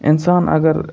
اِنسان اگر